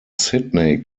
sydney